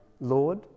Lord